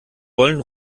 wollen